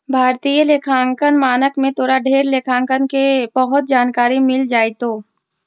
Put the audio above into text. भारतीय लेखांकन मानक में तोरा ढेर लेखांकन के बहुत जानकारी मिल जाएतो